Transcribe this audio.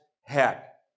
heck